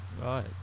right